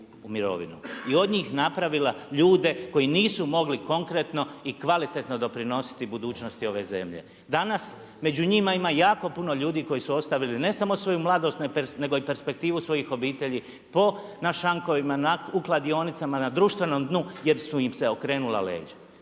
i od njih napravila ljude koji nisu mogli konkretno i kvalitetno doprinositi budućnosti ove zemlje. Danas među njima ima jako puno ljudi koji su ostavili ne samo svoju mladost nego i perspektivu svojih obitelji po na šankovima, u kladionicama, na društvenom dnu jer su im se okrenula leđa.